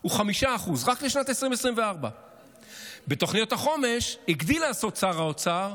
הוא 5% רק לשנת 2024. בתוכניות החומש הגדיל לעשות שר האוצר,